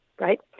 right